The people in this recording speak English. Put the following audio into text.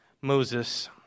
Moses